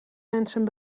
mensen